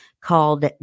called